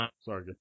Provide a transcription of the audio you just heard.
Sorry